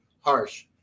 Harsh